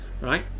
right